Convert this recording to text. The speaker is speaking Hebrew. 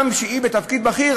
גם כשהיא בתפקיד בכיר,